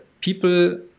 people